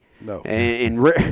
No